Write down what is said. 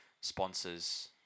sponsors